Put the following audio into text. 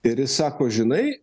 ir jis sako žinai